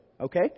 okay